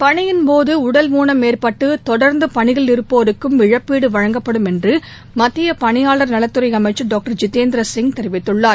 பணியின்போது உடல் ஊனம் ஏற்பட்டு தொடர்ந்து பணியில் இருப்போருக்கும் இழப்பீடு வழங்கப்படும் என்று மத்திய பணியாளர் நலத்துறை அமைச்சர் டாக்டர் ஜிதேந்திர சிங் தெரிவித்துள்ளார்